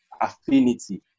affinity